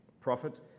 prophet